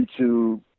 YouTube